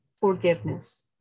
forgiveness